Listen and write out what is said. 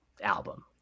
album